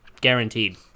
Guaranteed